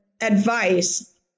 advice